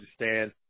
understand